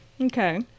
Okay